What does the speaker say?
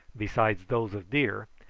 besides those of deer,